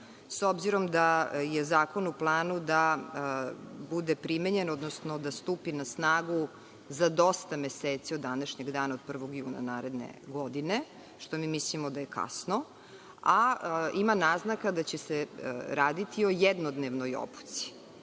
s obzirom da je zakon u planu da bude primenjen, odnosno da stupi na snagu za dosta meseci od današnjeg dana, od 1. juna naredne godine, što mislimo da je kasno, a ima naznaka da će se raditi o jednodnevnoj obuci.